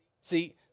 See